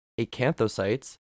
acanthocytes